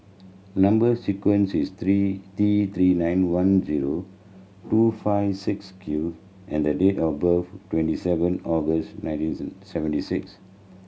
number sequence is three T Three nine one zero two five six Q and the date of birth twenty seven August nineteen seventy six